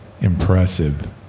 impressive